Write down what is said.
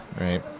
Right